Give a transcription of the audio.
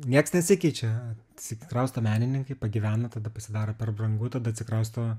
nieks nesikeičia atsikrausto menininkai pagyvena tada pasidaro per brangu tada atsikrausto